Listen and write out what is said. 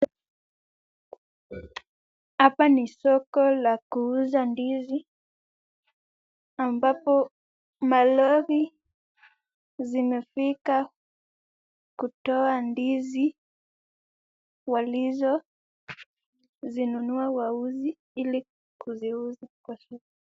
Hapa ni soko la kuuza ndizi, ambapo malori zimefika kutoa ndizi walizozinunua wauzi ili kuziuza kwa sha...